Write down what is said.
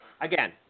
Again